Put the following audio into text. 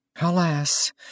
Alas